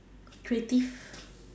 creatives